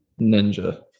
Ninja